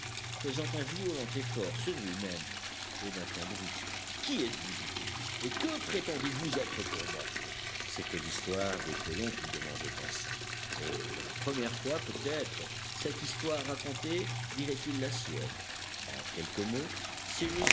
faisant un violent effort sur lui-même et d'un ton brusque qui êtes-vous dit-il et que prétendez-vous être pour moi c'était l'histoire des colons qu'il demandait ainsi et pour la première fois peut-être cette histoire racontée dirait-il la sienne en quelques mots